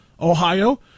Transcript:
Ohio